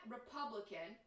Republican